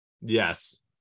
Yes